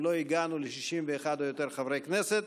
אם לא הגענו ל-61 או יותר חברי כנסת,